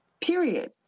period